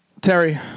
Terry